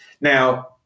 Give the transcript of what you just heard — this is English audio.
Now